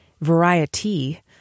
variety